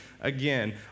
again